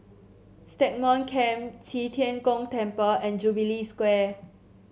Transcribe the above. Stagmont Camp Qi Tian Gong Temple and Jubilee Square